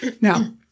Now